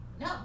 no